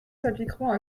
s’appliqueront